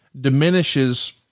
diminishes